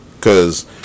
cause